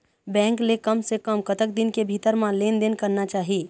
Bank ले कम से कम कतक दिन के भीतर मा लेन देन करना चाही?